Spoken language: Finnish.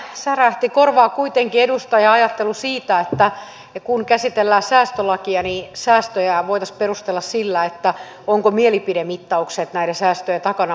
hiukan kuitenkin särähti korvaan edustajan ajattelu siitä että kun käsitellään säästölakia niin säästöjä voitaisiin perustella sillä ovatko mielipidemittaukset näiden säästöjen takana vai eivät